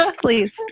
please